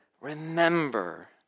remember